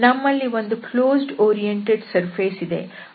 ನಮ್ಮಲ್ಲಿ ಒಂದು closed oriented surface ಇದೆ